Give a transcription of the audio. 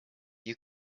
you